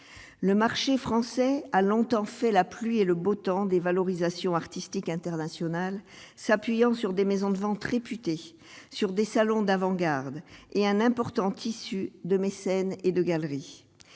le marché français a longtemps fait la pluie et le beau temps des valorisations artistique internationale, s'appuyant sur des maisons de vente réputé sur des salons d'avant-garde et un important issues de mécènes et de galeries,